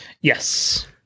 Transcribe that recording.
Yes